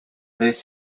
this